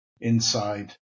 inside